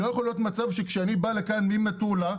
לא יכול להיות מצב שכשאני בא לכאן ממטולה,